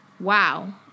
wow